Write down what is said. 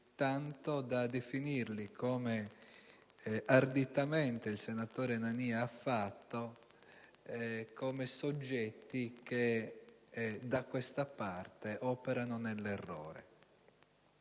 tanto da definirli, come arditamente il senatore Nania ha fatto, soggetti che da questa parte operano nell'errore.